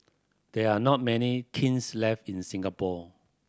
there are not many kilns left in Singapore